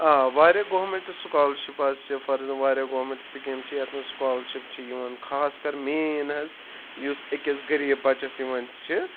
آ واریاہ government scholarship حظ چھِ فار ایٚکزامپُل واریاہ گورمینٹ سکیم چھِ یتھ منٛز سُکالرشِپ چھِ یِوان خاص کر مین حظ یُس اَکِس غریٖب بچس یِوان چھِ